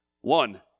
One